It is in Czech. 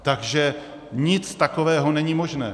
Takže nic takového není možné.